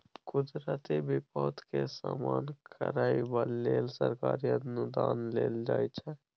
कुदरती बिपैत के सामना करइ लेल सरकारी अनुदान देल जाइ छइ